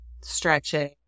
stretching